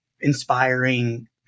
inspiring